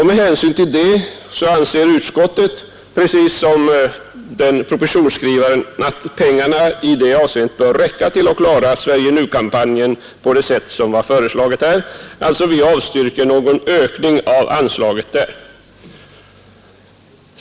Med hänsyn härtill anser utskottet att det av propositionsskrivaren angivna beloppet bör räcka för att klara Sverige-Nu-kampanjen på det sätt som är föreslaget. Utskottet avstyrker alltså ökning av det anslaget.